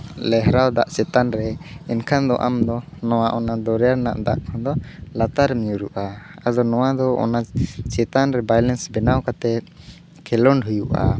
ᱞᱮᱦᱨᱟᱣ ᱫᱟᱜ ᱪᱮᱛᱟᱱ ᱨᱮ ᱮᱱᱠᱷᱟᱱ ᱫᱚ ᱟᱢ ᱫᱚ ᱱᱚᱣᱟ ᱚᱱᱟ ᱫᱚᱨᱭᱟ ᱨᱮᱱᱟᱜ ᱫᱟᱜ ᱠᱷᱚᱱ ᱫᱚ ᱞᱟᱛᱟᱨᱮᱢ ᱧᱩᱨᱩᱜᱼᱟ ᱟᱫᱚ ᱱᱚᱣᱟ ᱫᱚ ᱚᱱᱟ ᱪᱮᱛᱟᱱ ᱨᱮ ᱵᱟᱭᱞᱮᱱᱥ ᱠᱟᱛᱮ ᱠᱷᱮᱞᱳᱰ ᱦᱩᱭᱩᱜᱼᱟ